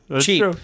cheap